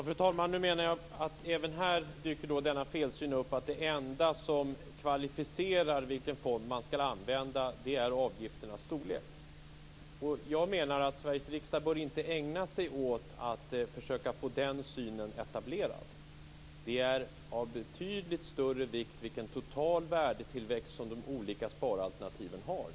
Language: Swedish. Fru talman! Även här dyker denna felsyn upp, nämligen att det enda som avgör vilken fond man skall spara i är avgifternas storlek. Jag menar att Sveriges riksdag inte bör ägna sig åt att försöka få den synen etablerad. Det är av betydligt större vikt vilken total värdetillväxt de olika sparalternativen har.